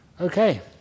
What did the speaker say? Okay